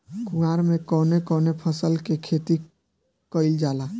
कुवार में कवने कवने फसल के खेती कयिल जाला?